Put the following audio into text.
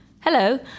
Hello